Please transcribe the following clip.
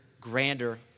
grander